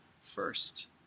first